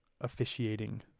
officiating